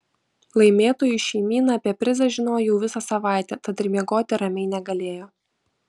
laimėtojų šeimyna apie prizą žinojo jau visą savaitę tad ir miegoti ramiai negalėjo